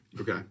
Okay